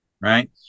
right